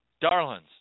Darlings